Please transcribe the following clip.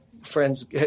friends